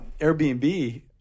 Airbnb